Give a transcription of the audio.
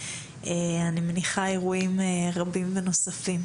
באירועים רבים נוספים.